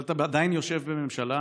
אבל אתה עדיין יושב בממשלה